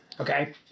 okay